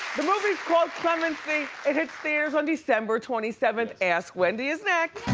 the movie's called clemency. it hits theaters on december twenty seventh. ask wendy is next.